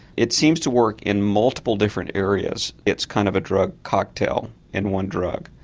it seems to work in multiple different areas it's kind of a drug cocktail in one drug.